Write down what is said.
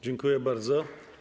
Dziękuję bardzo.